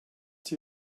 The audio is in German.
sie